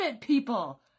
people